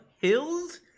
Hills